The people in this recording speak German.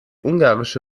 ungarische